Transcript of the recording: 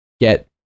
get